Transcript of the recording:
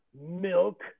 milk